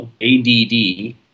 A-D-D